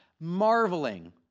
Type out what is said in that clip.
marveling